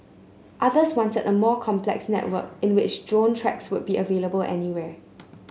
others wanted a more complex network in which drone tracks would be available anywhere